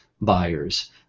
buyers